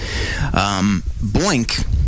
Boink